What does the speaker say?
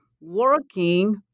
working